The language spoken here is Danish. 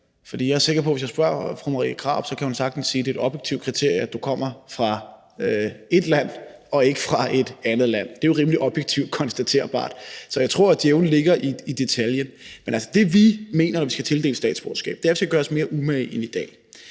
Jeg er sikker på, at hvis jeg spørger fru Marie Krarup, kan hun sagtens sige, at det er et objektivt kriterie, hvis du kommer fra ét land og ikke fra et andet land. Det er jo rimelig objektivt konstaterbart. Så jeg tror, at djævlen ligger i detaljen. Det, vi mener vi skal, når vi skal tildele statsborgerskab, er, at vi skal gøre os mere umage, end vi gør